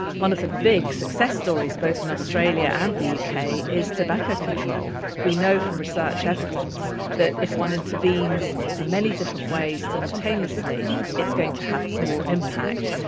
one of the big success stories, both in australia and the uk, is tobacco control. we know from research evidence that if one intervenes in many different ways simultaneously it's going to have more impact.